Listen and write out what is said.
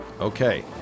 Okay